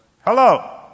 Hello